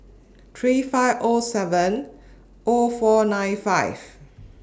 three five O seven O four nine five